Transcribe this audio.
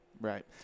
Right